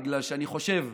בגלל שאני חושב,